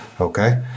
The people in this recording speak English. Okay